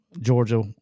Georgia